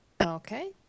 Okay